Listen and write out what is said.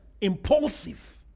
impulsive